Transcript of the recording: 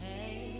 Hey